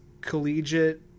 collegiate